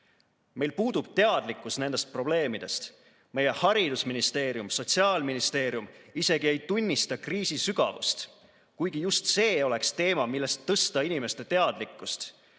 Meil puudub teadlikkus nendest probleemidest. Meie haridusministeerium ja Sotsiaalministeerium isegi ei tunnista kriisi sügavust, kuigi just see oleks teema, mille puhul tuleks tõsta inimeste teadlikkust,